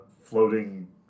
floating